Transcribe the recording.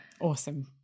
awesome